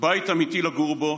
בית אמיתי לגור בו,